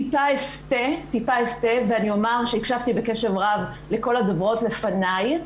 טיפה אסטה ואומר שהקשבתי בקשב רב לכל הדוברות לפניי,